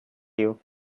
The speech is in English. you